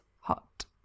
hot